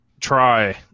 try